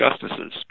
justices